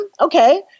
Okay